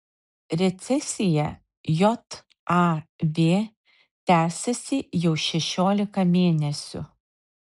recesija jav tęsiasi jau šešiolika mėnesių